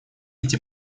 эти